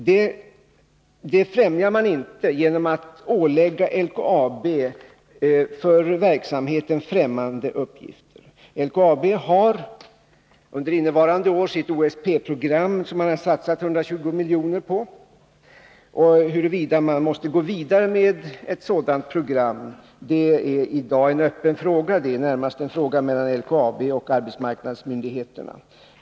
Detta främjas inte genom att man ålägger LKAB för verksamheten främmande uppgifter. LKAB har under innevarande år sitt OSP-program — organisationen för särskilda projekt — som man har satsat 120 milj.kr. på. Huruvida man måste gå vidare med ett sådant program är i dag en öppen fråga, och det är närmast en fråga mellan LKAB och arbetsmarknadsmyndigheterna.